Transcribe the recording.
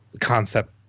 concept